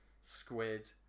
squid